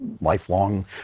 lifelong